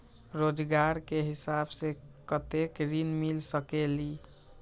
रोजगार के हिसाब से कतेक ऋण मिल सकेलि?